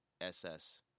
SS